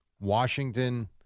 Washington